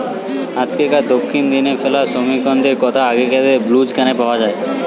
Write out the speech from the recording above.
আমেরিকার দক্ষিণ দিকের তুলা শ্রমিকমনকের কষ্টর কথা আগেকিরার ব্লুজ গানে পাওয়া যায়